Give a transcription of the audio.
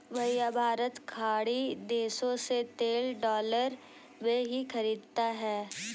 भैया भारत खाड़ी देशों से तेल डॉलर में ही खरीदता है